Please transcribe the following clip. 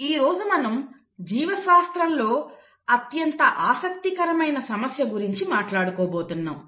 ఈరోజు మనం జీవశాస్త్రంలో అత్యంత ఆసక్తికరమైన సమస్య గురించి మాట్లాడుకోబోతున్నాం